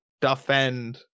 defend